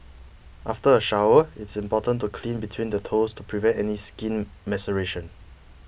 after a shower it's important to clean between the toes to prevent any skin maceration